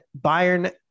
Bayern